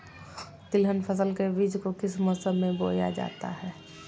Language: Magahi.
तिलहन फसल के बीज को किस मौसम में बोया जाता है?